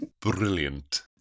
brilliant